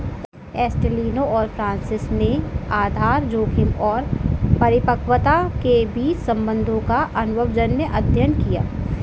एस्टेलिनो और फ्रांसिस ने आधार जोखिम और परिपक्वता के बीच संबंधों का अनुभवजन्य अध्ययन किया